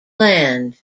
land